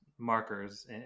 markers